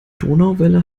donauwelle